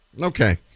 Okay